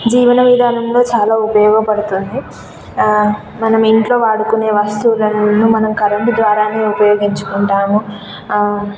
జీవన విధానంలో చాలా ఉపయోగపడుతుంది మనం ఇంట్లో వాడుకునే వస్తువులను మనం కరెంటు ద్వారానే ఉపయోగించుకుంటాము